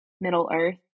Middle-earth